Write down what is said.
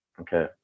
Okay